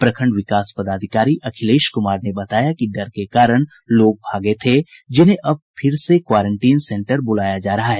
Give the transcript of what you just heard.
प्रखंड विकास पदाधिकारी अखिलेश कुमार ने बताया कि डर के कारण लोग भागे थे जिन्हें अब फिर से क्वारेंटीन सेन्टर बुलाया जा रहा है